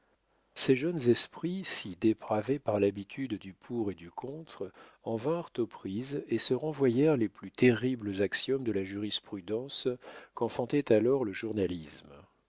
ces jeunes esprits si dépravés par l'habitude du pour et du contre en vinrent aux prises et se renvoyèrent les plus terribles axiomes de la jurisprudence qu'enfantait alors le journalisme